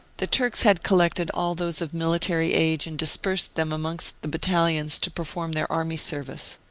the turks had collected all those of military age and dispersed them amongst the battalions to perform their army service.